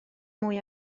mwy